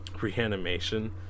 Reanimation